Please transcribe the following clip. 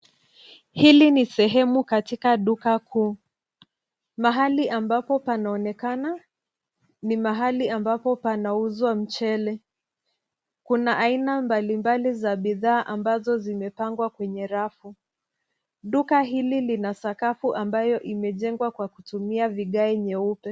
Hili ni sehemu katika duka kuu. Mahali ambapo panaonekana, ni mahali ambapo panauzwa mchele. Kuna aina mbali mbali za bidhaa ambazo zimepangwa kwenye rafu .Duka hili lina sakafu ambayo imejengwa kwa kutumia vigae nyeupe.